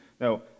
Now